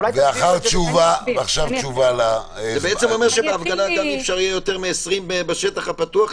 זה אומר שגם בהפגנה אי-אפשר יותר מ-20 בשטח פתוח,